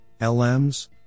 LMs